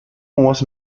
was